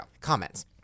Comments